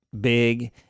big